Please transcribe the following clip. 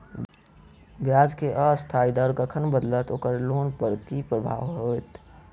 ब्याज केँ अस्थायी दर कखन बदलत ओकर लोन पर की प्रभाव होइत?